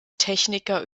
techniker